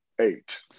eight